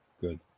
Good